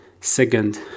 second